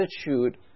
attitude